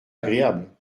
agréable